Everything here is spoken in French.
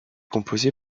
composée